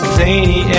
zany